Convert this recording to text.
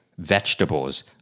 Vegetables